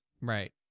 right